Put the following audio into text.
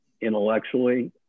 intellectually